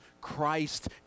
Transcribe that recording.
Christ